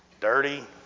dirty